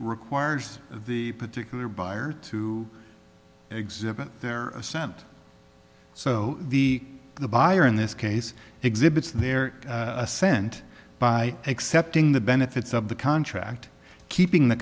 requires the particular buyer to exhibit their assent so the the buyer in this case exhibits their assent by accepting the benefits of the contract keeping the